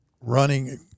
running